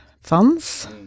funds